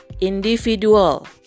individual